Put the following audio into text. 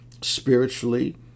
spiritually